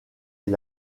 est